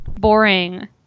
boring